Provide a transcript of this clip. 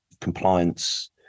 compliance